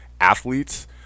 athletes